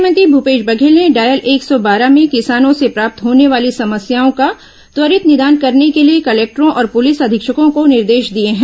मुख्यमंत्री भूपेश बघेल ने डायल एक सौ बारह में किसानों से प्राप्त होने वाली समस्याओं का त्वरित निदान करने के लिए कलेक्टरों और पुलिस अधीक्षकों को निर्देश दिए हैं